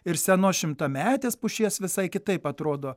ir senos šimtametės pušies visai kitaip atrodo